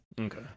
Okay